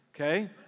Okay